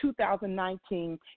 2019